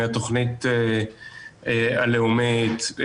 מהתכנית הלאומית,